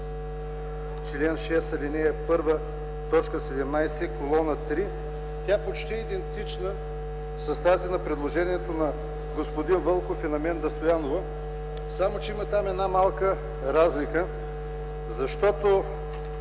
чл. 6, ал. 1, т. 17, колона 3. Тя е почти идентична с тази на предложението на господин Вълков и на Менда Стоянова, само че там има една малка разлика, защото